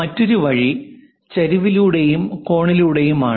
മറ്റൊരു വഴി ചരിവിലൂടെയും കോണിലൂടെയുമാണ്